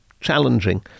challenging